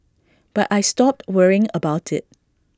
but I stopped worrying about IT